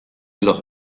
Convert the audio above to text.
los